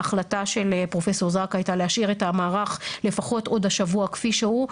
ההחלטה של פרופ' זרקא הייתה להשאיר את המערך לפחות עוד השבוע כפי שהוא,